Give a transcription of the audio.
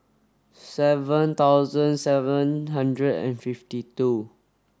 seven thousand seven hundred and fifty two